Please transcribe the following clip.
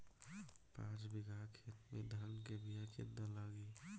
पाँच बिगहा खेत में धान के बिया केतना लागी?